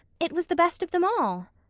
it was the best of them all.